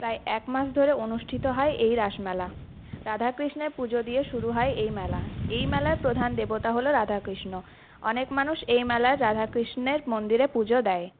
প্রায় একমাস ধরে অনুষ্ঠিত হয় এই রাসমেলা রাধাকৃষ্ণের পুজো দিয়ে শুরু হয় এই মেলা এই মেলার প্রধান দেবতা হল রাধাকৃষ্ণ অনেক মানুষ এই মেলার রাধাকৃষ্ণের মন্দিরে পুজো দেয়